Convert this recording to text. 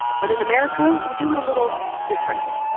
but in america we do it a little differently.